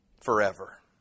forever